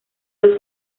los